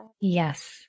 Yes